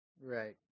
Right